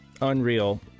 Unreal